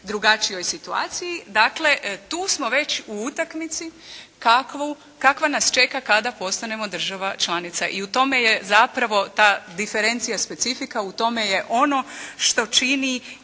drugačijoj situaciji, dakle, tu smo već u utakmici kakvu, kakva nas čeka kada postanemo država članica. I u tome je zapravo ta diferencija specifika, u tome je ono što čini